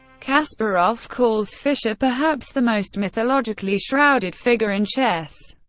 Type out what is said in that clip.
kasparov calls fischer perhaps the most mythologically shrouded figure in chess.